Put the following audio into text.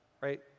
Right